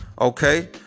Okay